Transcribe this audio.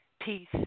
peace